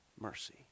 mercy